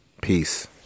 Peace